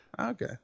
Okay